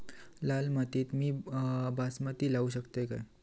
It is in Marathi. लाल मातीत मी बासमती लावू शकतय काय?